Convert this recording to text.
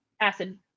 acid